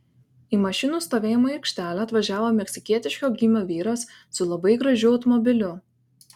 į mašinų stovėjimo aikštelę atvažiavo meksikietiško gymio vyras su labai gražiu automobiliu